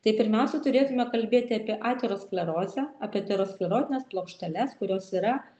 tai pirmiausia turėtume kalbėti apie aterosklerozę apie aterosklerotines plokšteles kurios yra